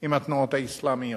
עם התנועות האסלאמיות.